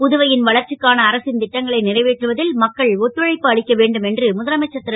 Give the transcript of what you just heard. புதுவை ன் வளர்ச்சிக்கான அரசின் ட்டங்களை றைவேற்றுவ ல் மக்கள் ஒத்துழைப்பு அளிக்க வேண்டும் என்று முதலமைச்சர் ரு